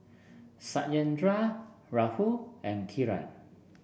Satyendra Rahul and Kiran